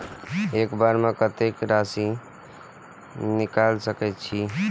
एक बार में कतेक राशि निकाल सकेछी?